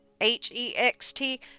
hext